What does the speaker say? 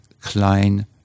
Klein